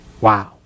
Wow